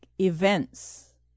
Events